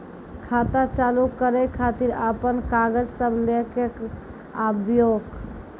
खाता चालू करै खातिर आपन कागज सब लै कऽ आबयोक?